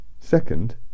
Second